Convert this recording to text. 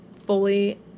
fully